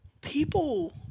people